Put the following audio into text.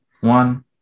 one